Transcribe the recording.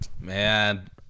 Man